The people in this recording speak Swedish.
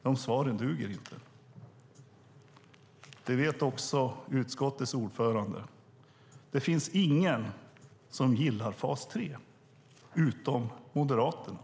De svaren duger inte. Det vet utskottets ordförande. Det finns ingen som gillar fas 3 utom Moderaterna.